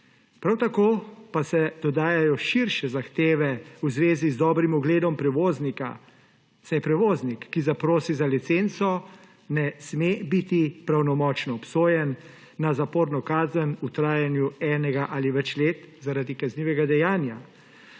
Prav tako pa se dodajajo širše zahteve v zvezi z dobrim ugledom prevoznika, saj prevoznik, ki zaprosi za licenco, ne sme biti pravnomočno obsojen na zaporno kazen v trajanju enega ali več let zaradi kaznivega dejanja.